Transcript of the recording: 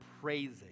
praising